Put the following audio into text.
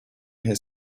his